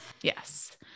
Yes